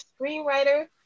screenwriter